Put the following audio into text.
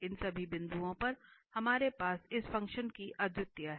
इन सभी बिंदुओं पर हमारे पास इस फ़ंक्शन की अद्वितीयता है